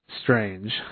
strange